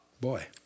Boy